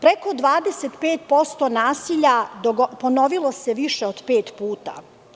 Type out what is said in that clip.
Preko 25% nasilja ponovilo se više od pet puta.